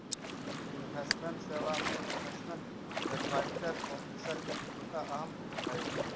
investment सेवा में investment advisory officer के भूमिका अहम होवऽ हई